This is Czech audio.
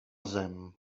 zem